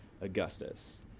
Augustus